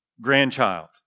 grandchild